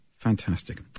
Fantastic